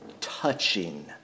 touching